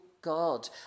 God